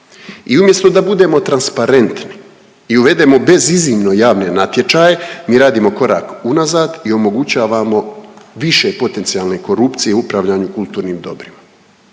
I umjesto da budemo transparentni i uvedemo beziznimno javne natječaje mi radimo korak unazad i omogućavamo više potencijalne korupcije u upravljanju kulturnim dobrima.